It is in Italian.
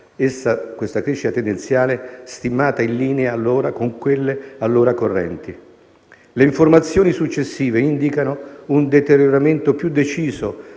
sulla crescita tendenziale, stimata in linea con quelle allora correnti. Le informazioni successive indicano un deterioramento più deciso